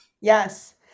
Yes